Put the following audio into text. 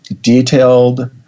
detailed